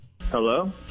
Hello